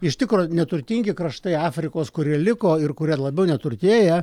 iš tikro neturtingi kraštai afrikos kurie liko ir kurie labiau neturtėja